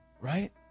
right